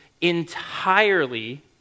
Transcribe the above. entirely